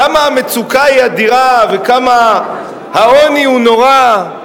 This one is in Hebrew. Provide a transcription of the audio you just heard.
כמה המצוקה היא אדירה וכמה העוני הוא נורא,